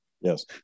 yes